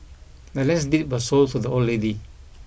the land's deed was sold to the old lady